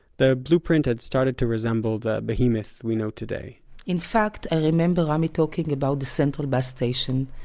the blueprint had started to resemble the behemoth we know today in fact i remember rami talking about the central bus station,